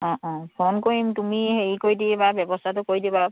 অঁ অঁ ফোন কৰিম তুমি হেৰি কৰি দিবা ব্যৱস্থাটো কৰি দিবা